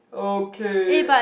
okay